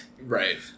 Right